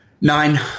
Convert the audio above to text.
Nine